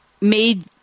made